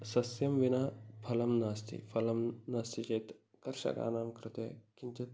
सस्यं विना फलं नास्ति फलं नास्ति चेत् कर्षकाणां कृते किञ्चित्